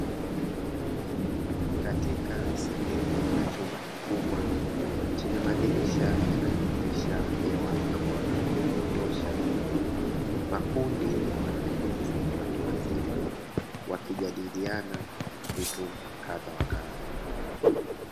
Katika sehemu ya chumba kikubwa chenye madirisha yanayopitisha hewa na mwanga wa kutosha, makundi ya wanafunzi watu wazima, wakijadiliana vitu kadha wa kadha.